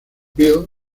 bill